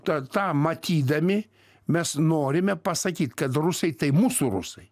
tą tą matydami mes norime pasakyt kad rusai tai mūsų rusai